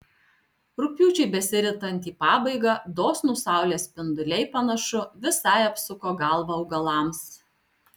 rugpjūčiui besiritant į pabaigą dosnūs saulės spinduliai panašu visai apsuko galvą augalams